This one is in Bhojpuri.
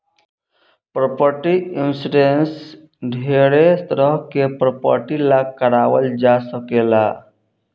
प्रॉपर्टी इंश्योरेंस ढेरे तरह के प्रॉपर्टी ला कारवाल जा सकेला